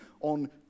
on